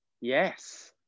yes